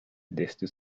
desde